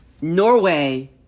Norway